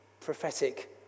prophetic